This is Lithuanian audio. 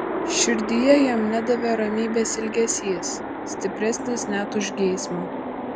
širdyje jam nedavė ramybės ilgesys stipresnis net už geismą